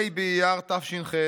ה' אייר תש"ח,